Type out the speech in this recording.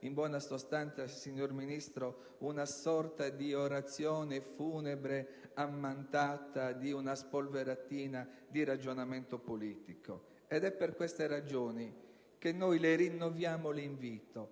in buona sostanza, questa non deve essere una sorta di orazione funebre ammantata di una spolveratina di ragionamento politico. Ed è per queste ragioni che noi le rinnoviamo l'invito: